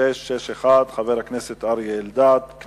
שאילתא מס'